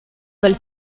del